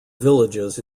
villages